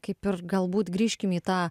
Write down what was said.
kaip ir galbūt grįžkim į tą